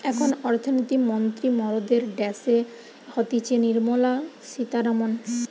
এখন অর্থনীতি মন্ত্রী মরদের ড্যাসে হতিছে নির্মলা সীতারামান